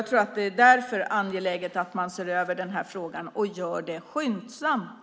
Därför är det angeläget att se över frågan och göra det skyndsamt.